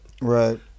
Right